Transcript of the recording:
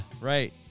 right